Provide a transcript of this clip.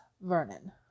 Vernon